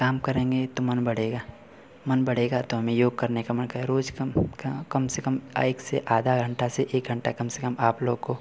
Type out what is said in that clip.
काम करेंगे तो मन बढ़ेगा मन बढ़ेगा तो हमें योग करने का मन करे रोज कम कम से कम एक से आधा घंटा से एक घंटा कम से कम आप लोग को